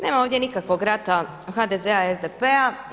Nema ovdje nikakvog rata HDZ-a i SDP-a.